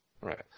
right